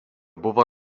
buvo